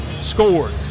scored